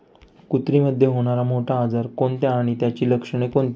कुत्रीमध्ये होणारा मोठा आजार कोणता आणि त्याची लक्षणे कोणती?